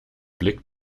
blick